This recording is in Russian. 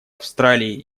австралии